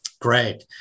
Great